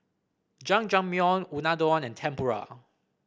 Jajangmyeon Unadon and Tempura